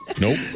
Nope